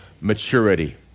maturity